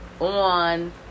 on